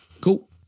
cool